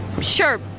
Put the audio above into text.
Sure